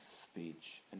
speech